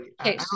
Okay